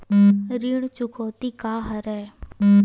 ऋण चुकौती का हरय?